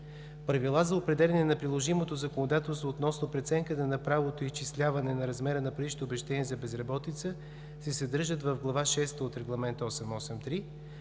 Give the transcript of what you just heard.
Правила за определяне на приложимото законодателство относно преценката на правото и изчисляване на размера на предишното обезщетение за безработица се съдържат в Глава шеста от Регламент 883.